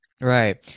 right